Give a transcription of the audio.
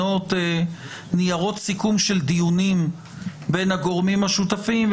ניירות סיכום של דיונים בין הגורמים השותפים,